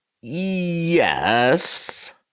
Yes